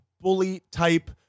bully-type